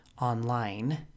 online